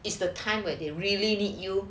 is the time where they really need you